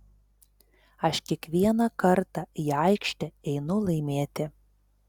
aš kiekvieną kartą į aikštę einu laimėti